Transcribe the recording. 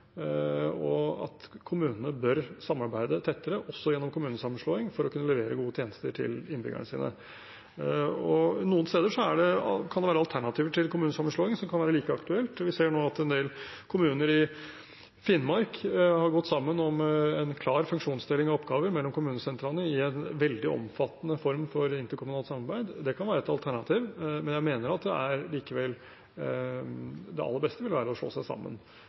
og at kommunene bør samarbeide tettere, også gjennom kommunesammenslåing, for å kunne levere gode tjenester til innbyggerne sine. Noen steder kan det være alternativer til kommunesammenslåing som kan være like aktuelt. Vi ser nå at en del kommuner i Finnmark har gått sammen om en klar funksjonsdeling av oppgaver mellom kommunesentrene i en veldig omfattende form for interkommunalt samarbeid. Det kan være et alternativ, men jeg mener likevel at det aller beste vil være å slå seg sammen.